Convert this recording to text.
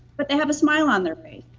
but they have a smile on their face.